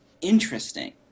interesting